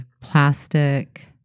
plastic